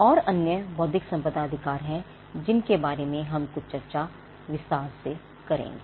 और अन्य बौद्धिक संपदा अधिकार हैं जिनके बारे में कुछ चर्चा हम विस्तार से करेंगे